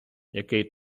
який